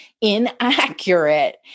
inaccurate